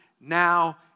now